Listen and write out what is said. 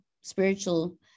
spiritual